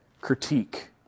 critique